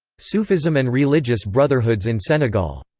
sufism and religious brotherhoods in senegal.